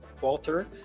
Walter